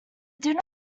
did